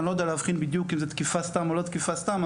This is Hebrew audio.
אני לא יודע להבחין בדיוק אם זה תקיפה סתם או לא תקיפה סתם,